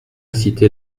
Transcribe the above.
cité